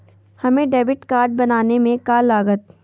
हमें debit card बनाने में का लागत?